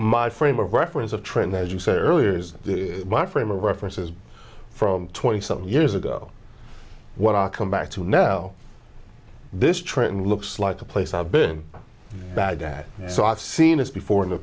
my frame of reference of trend as you said earlier is my frame of reference is from twenty some years ago what i come back to now this trend looks like a place i've been baghdad so i've seen this before